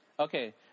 Okay